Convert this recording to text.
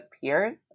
peers